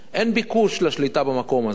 אין ביקוש לשליטה במקום הזה.